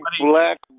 black